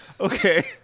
okay